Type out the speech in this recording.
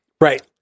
Right